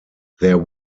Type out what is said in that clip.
there